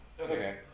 okay